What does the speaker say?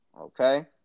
Okay